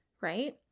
right